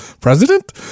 president